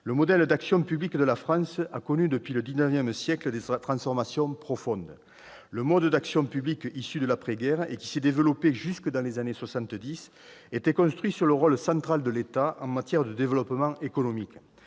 Le modèle d'action publique de la France a connu, depuis le XIX siècle, des transformations profondes. Le mode d'action publique issu de l'après-guerre, qui s'est développé jusque dans les années soixante-dix, était construit sur le rôle central de l'État en matière de développement économique.